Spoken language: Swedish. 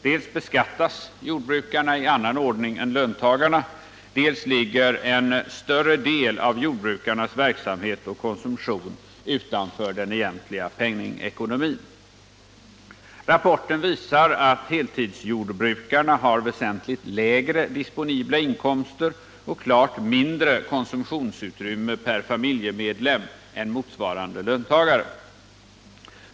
Dels beskattas jordbrukarna i annan ordning än löntagarna, dels ligger en större del av jordbrukarnas verksamhet och konsumtion utanför den egentliga penningekonomin. Rapporten visar att heltidsjordbrukarna har väsentligt lägre disponibla inkomster och klart mindre konsumtionsutrymme per familjemedlem än motsvarande löntagare.